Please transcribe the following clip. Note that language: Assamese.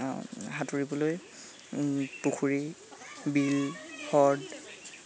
সাঁতুৰিবলৈ পুখুৰী বিল হ্ৰদ